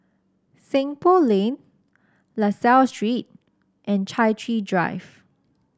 Seng Poh Lane La Salle Street and Chai Chee Drive